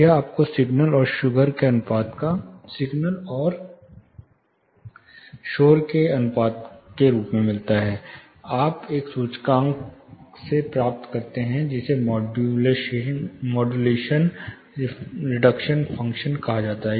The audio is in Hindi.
यह आपको सिग्नल और शुगर के अनुपात के रूप में मिलता है आप एक सूचकांक से प्राप्त करते हैं जिसे मॉड्यूलेशन रिडक्शन फ़ंक्शन कहा जाता है